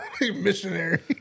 missionary